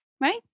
Right